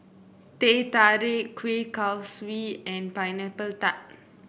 Teh Tarik Kuih Kaswi and Pineapple Tart